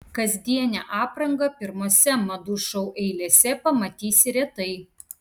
kasdienę aprangą pirmose madų šou eilėse pamatysi retai